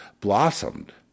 blossomed